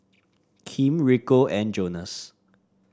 Kim Rico and Jonas